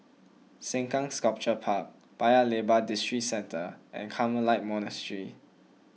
Sengkang Sculpture Park Paya Lebar Districentre and Carmelite Monastery